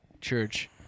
church